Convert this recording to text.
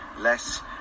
less